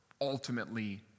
ultimately